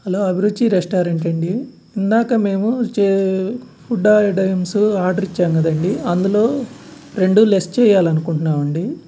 hello Abhiruchi restaurant అండి ఇందాక మేము చే ఫుడ్ ఐటైమ్స్ ఆర్డర్ ఇచ్చాము కదండీ అందులో రెండు లెస్ చేయాలని అనుకుంటున్నాము అండి